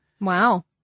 wow